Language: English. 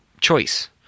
choice